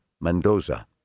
Mendoza